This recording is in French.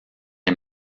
est